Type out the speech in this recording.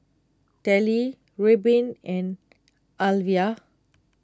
Tallie Reubin and Alyvia